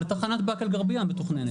לתחנת באקה אל גרביה המתוכננת.